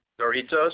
Doritos